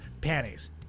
panties